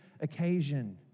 occasion